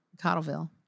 Cottleville